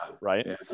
right